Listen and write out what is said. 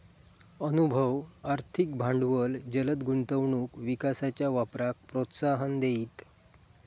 अनुभव, आर्थिक भांडवल जलद गुंतवणूक विकासाच्या वापराक प्रोत्साहन देईत